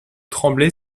tremblay